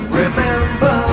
remember